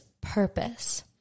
purpose